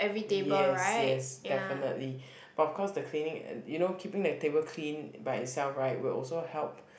oh yes yes definitely but of course the cleaning you know keeping the table clean buy itself right will also help